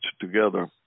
together